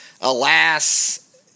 Alas